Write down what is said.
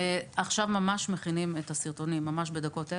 ממש עכשיו מכינים את הסרטונים, ממש בדקות האלה.